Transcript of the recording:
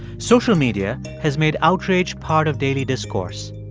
social media has made outrage part of daily discourse.